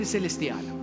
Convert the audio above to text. Celestial